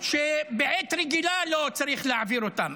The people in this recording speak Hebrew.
שבעת רגילה לא צריך להעביר אותם.